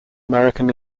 american